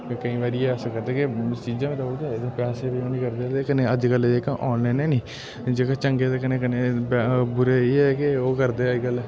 ते केईं बारी एह् ऐसा करदे कि चीज़ां बी देई ओड़दे ते पैसे बी ओह् निं करदे ते कन्नै अज्ज कल जेह्का ऑनलाइन ऐ नी जेह्के चंगे दे कन्नै कन्नै कि बुरे एह् ऐ कि ओह् करदे अज्जकल